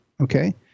Okay